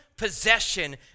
possession